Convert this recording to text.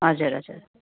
हजुर हजुर